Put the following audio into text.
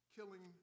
killing